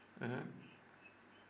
mmhmm